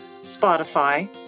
Spotify